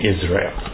Israel